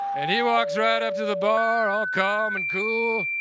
and he walks right up to the bar all calm and cool.